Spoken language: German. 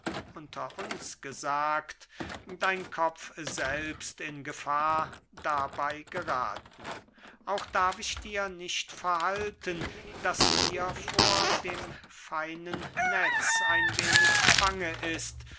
dein kopf selbst in gefahr dabey gerathen auch darf ich dir nicht verhalten daß mir vor dem feinen netz ein wenig bange ist